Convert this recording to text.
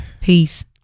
Peace